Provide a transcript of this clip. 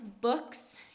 books